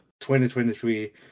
2023